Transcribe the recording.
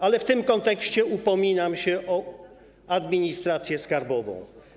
Ale w tym kontekście upominam się o administrację skarbową.